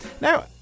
Now